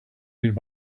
read